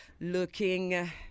looking